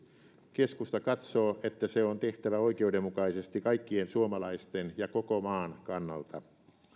keskusta katsoo että se on tehtävä oikeudenmukaisesti kaikkien suomalaisten ja koko maan kannalta